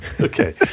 Okay